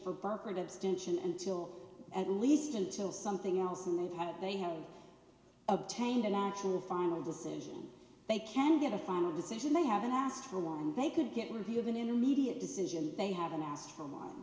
still at least until something else and they've had they have obtained an actual final decision they can get a final decision they haven't asked for one they could get review of an immediate decision they haven't asked for